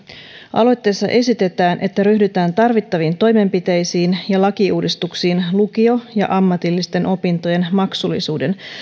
aloitteessa esitetään että ryhdytään tarvittaviin toimenpiteisiin ja lakiuudistuksiin lukio ja ammatillisten opintojen maksullisuuden